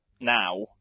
now